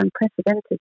unprecedented